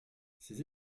ces